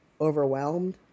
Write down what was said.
overwhelmed